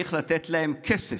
צריך לתת להם כסף,